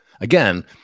again